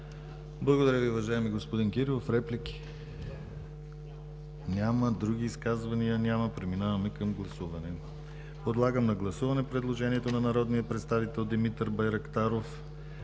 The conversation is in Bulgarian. Благодаря Ви, уважаеми господин Кирилов. Реплики? Няма. Други изказвания? Няма. Преминаваме към гласуване. Подлагам на гласуване предложението на народния представител Димитър Байрактаров